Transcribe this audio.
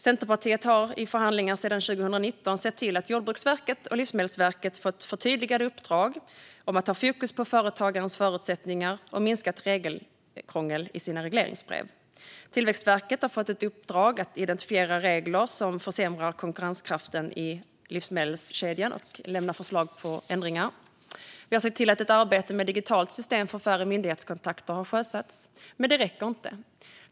Centerpartiet har i förhandlingar sedan 2019 sett till att Jordbruksverket och Livsmedelsverket i sina regleringsbrev har fått förtydligade uppdrag om att ha fokus på företagarens förutsättningar och minskat regelkrångel. Tillväxtverket har fått i uppdrag att identifiera regler som försämrar konkurrenskraften i livsmedelskedjan och lämna förslag på ändringar. Vi har också sett till att ett arbete med ett digitalt system för färre myndighetskontakter har sjösatts. Men det räcker inte.